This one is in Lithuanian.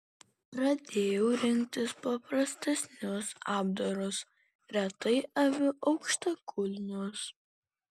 pradėjau rinktis paprastesnius apdarus retai aviu aukštakulnius